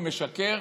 הוא משקר,